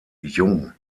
jung